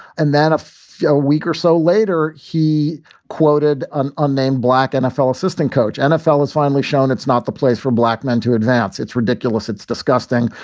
and that up a week or so later, he quoted an unnamed black nfl assistant coach. nfl is finally shown it's not the place for black men to advance. it's ridiculous. it's disgusting.